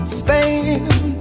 stand